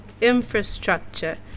Infrastructure